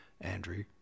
Andrew